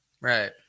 Right